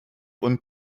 und